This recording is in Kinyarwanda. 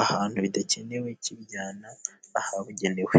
ahantu bidakenewe kibijyana ahabugenewe.